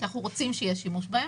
כי אנחנו רוצים שיהיה שימוש בהן.